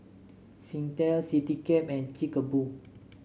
Singtel Citycab and Chic A Boo